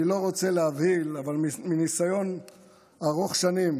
אני לא רוצה להבהיל, אבל מניסיון ארוך שנים